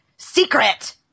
secret